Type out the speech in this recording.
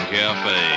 cafe